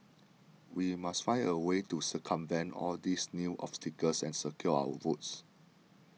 we must find a way to circumvent all these new obstacles and secure our votes